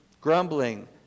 grumbling